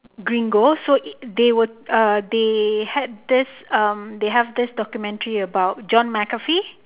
gringo so they were uh they had this um they have this documentary about john McAfee